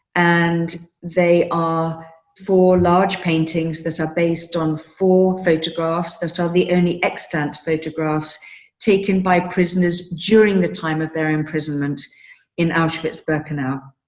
and they are four large paintings that are based on four photographs that are the only extant photographs taken by prisoners during the time of their imprisonment in auschwitz birkenau.